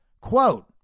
quote